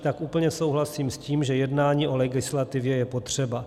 Tak úplně souhlasím s tím, že jednání o legislativě je potřeba.